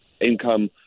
income